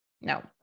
No